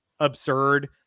absurd